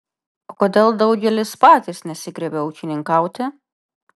o kodėl daugelis patys nesigriebia ūkininkauti